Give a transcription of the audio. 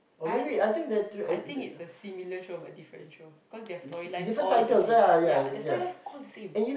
I I think it'a a similar show but different show cause their storylines all the same yeah the stroryline is all the same